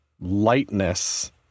lightness